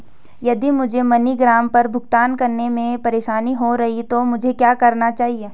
यदि मुझे मनीग्राम पर भुगतान करने में परेशानी हो रही है तो मुझे क्या करना चाहिए?